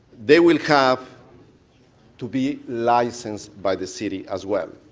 they will have to be licensed by the city as well.